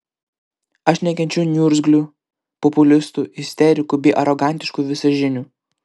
aš nekenčiu niurzglių populistų isterikų bei arogantiškų visažinių